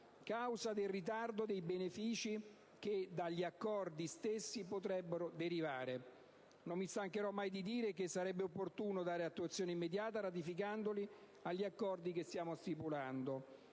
causa di ritardo dei benefici che dagli accordi stessi potrebbero derivare. Non mi stancherò mai di dire che sarebbe opportuno dare attuazione immediata, ratificandoli, agli accordi che stiamo stipulando.